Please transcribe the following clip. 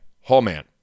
Hallman